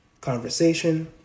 conversation